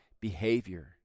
behavior